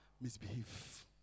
misbehave